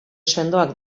sendoak